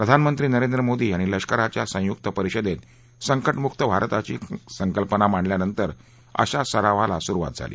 प्रधानमंत्री नरेंद्र मोदी यांनी लष्कराच्या संयुक्त परिषदेत संका मुक्त भारताची संकल्पना मांडल्यानंतर अशा सरावाला सुरुवात झाली